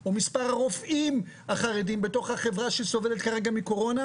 או מספר הרופאים החרדים בתוך החברה שסובלת כרגע מקורונה,